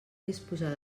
disposar